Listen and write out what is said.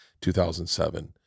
2007